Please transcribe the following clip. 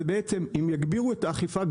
זה שאם יגבירו את האכיפה,